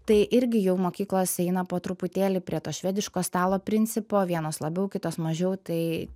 tai irgi jau mokyklos eina po truputėlį prie to švediško stalo principo vienos labiau kitos mažiau tai